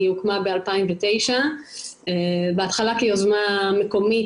היא הוקמה ב-2009 בהתחלה כיוזמה מקומית